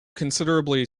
considerably